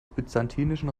byzantinischen